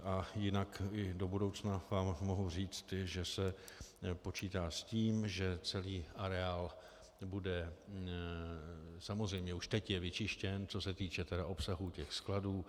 A jinak i do budoucna vám mohu říct, že se počítá s tím, že celý areál bude samozřejmě už teď je vyčištěn, co se týče obsahu skladů.